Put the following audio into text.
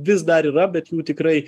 vis dar yra bet jų tikrai